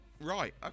Right